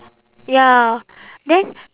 ya then